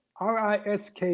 RISK